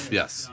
yes